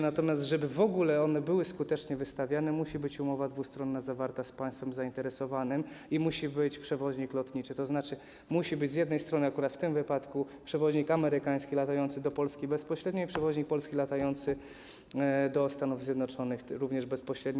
Natomiast, żeby one w ogóle były skutecznie wystawiane, musi być zawarta umowa dwustronna z państwem zainteresowanym i musi być przewoźnik lotniczy, tzn. musi być z jednej strony akurat w tym wypadku przewoźnik amerykański latający do Polski bezpośrednio i przewoźnik polski latający do Stanów Zjednoczonych również bezpośrednio.